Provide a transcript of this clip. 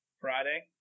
Friday